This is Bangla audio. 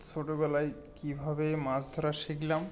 ছোটোবেলায় কীভাবে মাছ ধরা শিখলাম